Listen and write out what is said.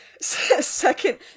Second